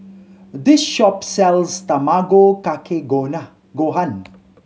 this shop sells Tamago Kake Gohan